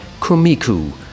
Kumiku